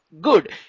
good